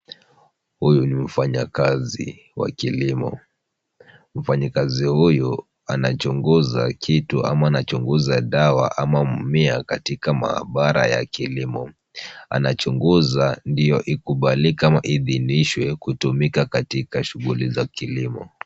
Huyu ni mfanyakazi wa kilimo. Mfanyikazi huyu anachunguza kitu ama anachunguza dawa ama mmea katika maabara ya kilimo. Anachunguza ndiyo ikubalike ama iidhinishwe kutumika katika shughuli za kilimo.